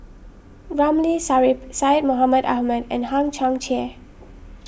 Ramli Sarip Syed Mohamed Ahmed and Hang Chang Chieh